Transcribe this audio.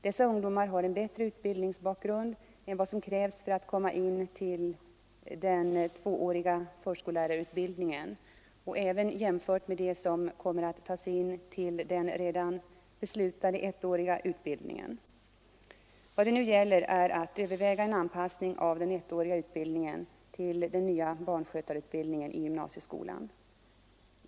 Dessa ungdomar har en bättre utbildningsbakgrund än vad som krävs för att komma in till den tvååriga förskollärarutbildningen och även jämfört med dem som kommer att tas in till den redan beslutade ettåriga utbildningen. Vad det nu gäller är att överväga en anpassning av den ettåriga utbildningen till den nya barnskötareutbildningen i gymnasieskolan.